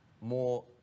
more